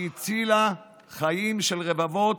שהציל חיים של רבבות,